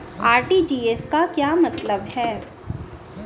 RTGS का क्या मतलब होता है?